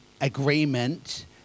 agreement